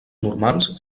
normands